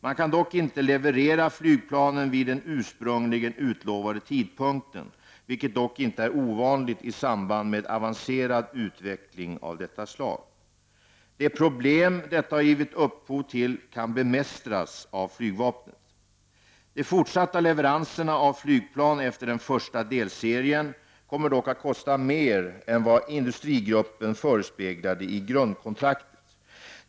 Man kan dock inte leverera flygplanen vid den ursprungligen utlovade tidpunkten, vilket dock inte är ovanligt i samband med avancerad utveckling av detta slag. De problem detta har givit upphov till kan bemästras av flygvapnet. De fortsatta leveranserna av flygplan efter den första delserien kommer dock att kosta mer än vad industrigruppen förespeglade i grundkontraktet.